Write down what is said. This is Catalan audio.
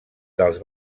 dels